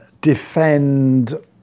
defend